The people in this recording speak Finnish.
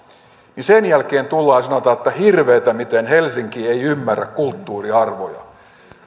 niin sen jälkeen tullaan ja sanotaan että hirveätä miten helsinki ei ymmärrä kulttuuriarvoja